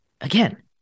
again